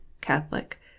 Catholic